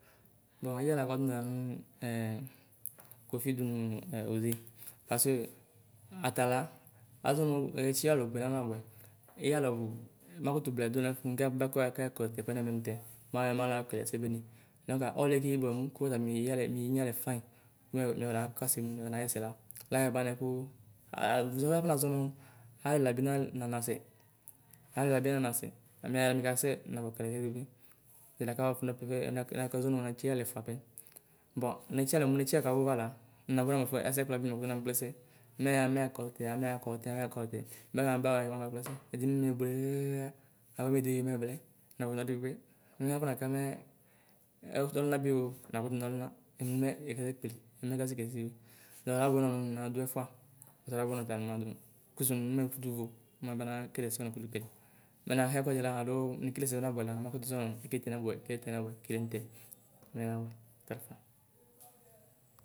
Bɔ lyalɛ wani lanu ɛ kofidunu ɛ ODE pase atala azɔnu etsiyalɛ ɔbu mɔnabuɛ. Lyalɛɔbu ma kutu blayɛduɣa nɛfu nu kɛ bakʋɣa kɛa kɔ tɛkʋɛ nɛmɛ mute maɣa malee kelɛsɛ bene. Dɔŋka olɛ keyi bomu kɔtamini mieyalɛ fayi ku mia miafɔna kasemu miafɔna ɣɛsɛ la, Labuɛanɛ kʋu a du afɔ mazɔnu alɛla bi nanamasɛ. amɛɛ mikasɛ nafo kele ɛsɛdi kpekpe. Talakabua buaku nənə kəzɔ nitsiyalɛ ɛfapɛ. Bɔ netsiyalɛ mu netsiyslɛ. Kabʋɛfa la munaza /ɛsɛkpla dunɔ nafɔkplɛsɛ; mɛya mɛɣakɔsu tɛa mɛɣa kɔutɛa mɛ kaɣawayi mɛyɛakpesse. Ɛdini mɛ miekpe ɣaɣaɣaɣa; aba mideyi mɛvlɛ nafinɔludi kpekpe mɛ afɔnakamɛɛ ɔ ɔlunaduo ɛmakutu naluna. Emi mɛ ɛkasekpli emi mɛ ɛkase keleɛsedu. Talaka ku nɔ nɔ naduɛfua ɔtala abʋɛnɔta nimdu kuzu nu mina kutu vo mina bana keleɛse na kutu kele. mɛ na hia ɛkuɛdila aloo nekeleɛsɛ ɔ nabʋɛla ɔma kutu zɔnɔ ekeletɛ ɔnabuɛ ekeletɛ ɔnabuɛ kele mute mɛlabʋɛ ata.